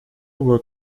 were